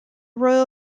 royal